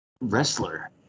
wrestler